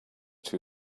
two